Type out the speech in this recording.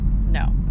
No